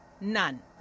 None